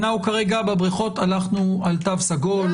אנחנו כרגע בבריכות הלכנו על תו סגול,